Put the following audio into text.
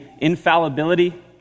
infallibility